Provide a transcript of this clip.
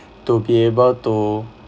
to be able to